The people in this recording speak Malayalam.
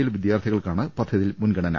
എൽ വിദ്യാർത്ഥി കൾക്കാണ് പദ്ധതിയിൽ മുൻഗണന